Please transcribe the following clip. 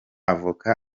avoka